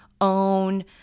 own